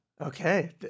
Okay